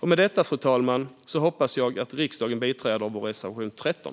Med detta, fru talman, hoppas jag att riksdagen bifaller vår reservation 13.